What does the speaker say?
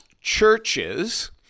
churches